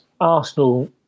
Arsenal